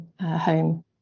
home